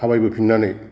थाबायबोफिननानै